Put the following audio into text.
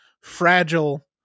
fragile